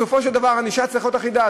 בסופו של דבר הענישה צריכה להיות אחידה.